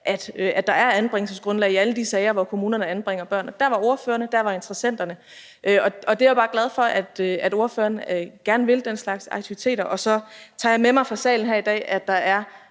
at der er anbringelsesgrundlag i alle de sager, hvor kommunerne anbringer børn. Der var ordførerne, og der var interessenterne. Jeg er bare glad for, at spørgeren gerne vil den slags aktiviteter, og så tager jeg med mig fra salen her i dag, at der er